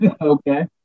Okay